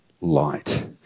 light